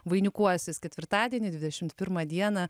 vainikuosis ketvirtadienį dvidešimt pirmą dieną